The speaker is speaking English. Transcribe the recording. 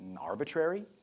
arbitrary